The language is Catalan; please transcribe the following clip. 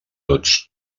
tots